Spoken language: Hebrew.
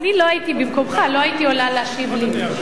במקומך לא הייתי עולה להשיב לי,